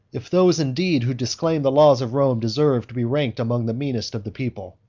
if those indeed who disclaim the laws of rome deserve to be ranked among the meanest of the people.